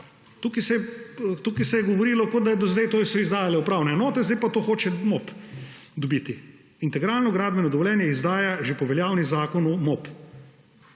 Tukaj se je govorilo, kot da so do zdaj to izdajale upravne enote, zdaj pa to hoče MOP dobiti. Integralno gradbeno dovoljenje že po veljavnem zakonu